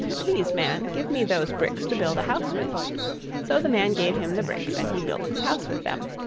please, man, give me those bricks to build a house with so the man gave him the bricks, and he built his house with them.